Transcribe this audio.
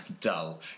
dull